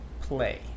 play